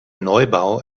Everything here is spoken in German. neubau